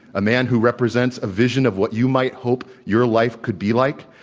a man who represents a vision of what you might hope your life could be like,